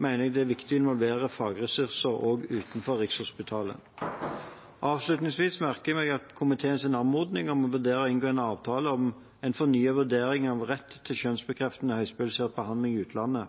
jeg det er viktig å involvere fagressurser også utenfor Rikshospitalet. Avslutningsvis merker jeg meg komiteens anmodning om å vurdere å inngå en avtale om en fornyet vurdering av rett til kjønnsbekreftende høyspesialisert behandling i utlandet.